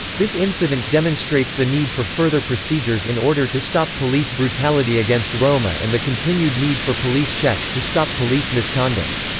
this incident demonstrates the need for further procedures in order to stop police brutality against roma and the continued need for police checks to stop police misconduct.